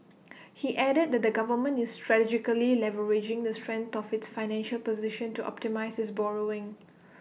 he added that the government is strategically leveraging the strength of its financial position to optimise its borrowing